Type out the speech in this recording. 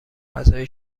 غذایی